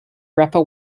rapper